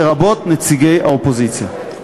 לרבות נציגי האופוזיציה.